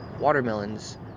watermelons